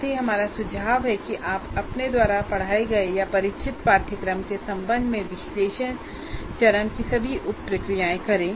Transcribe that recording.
साथ ही हमारा सुझाव है कि आप अपने द्वारा पढ़ाए गए या परिचित पाठ्यक्रम के संबंध में विश्लेषण चरण की सभी उप प्रक्रियाएं करें